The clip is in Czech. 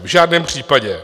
V žádném případě.